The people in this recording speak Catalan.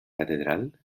catedral